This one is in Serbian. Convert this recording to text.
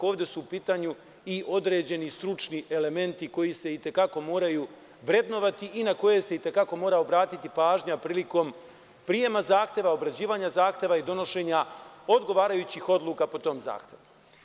Ovde su u pitanju i određeni stručni elementi koji se i te kako moraju vrednovati i na koje se i te kako mora obratiti pažnja prilikom prijema zahteva, obrađivanja zahteva i donošenja odgovarajućih odluka po tom zahtevu.